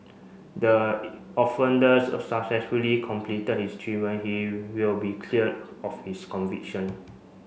the offenders successfully completed his treatment he will be cleared of his conviction